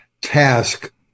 task